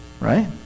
Right